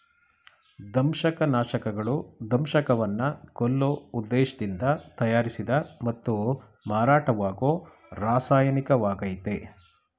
ದಂಶಕನಾಶಕಗಳು ದಂಶಕವನ್ನ ಕೊಲ್ಲೋ ಉದ್ದೇಶ್ದಿಂದ ತಯಾರಿಸಿದ ಮತ್ತು ಮಾರಾಟವಾಗೋ ರಾಸಾಯನಿಕವಾಗಯ್ತೆ